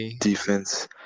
defense